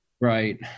Right